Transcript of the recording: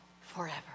forever